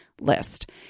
list